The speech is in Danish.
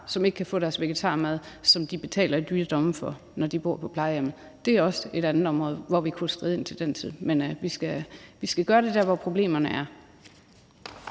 som ikke kan få deres vegetarmad, som de betaler i dyre domme for, når de bor på plejehjemmet. Det er også et andet område, hvor vi kunne skride ind til den tid. Men vi skal gøre det der, hvor problemerne er.